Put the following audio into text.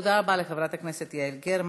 תודה רבה לחברת הכנסת יעל גרמן.